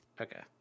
Okay